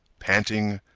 panting,